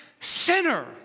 Sinner